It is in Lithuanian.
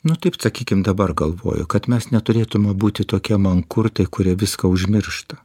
nu taip sakykim dabar galvoju kad mes neturėtume būti tokie mankurtai kurie viską užmiršta